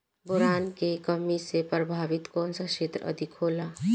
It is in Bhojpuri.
बोरान के कमी से प्रभावित कौन सा क्षेत्र अधिक होला?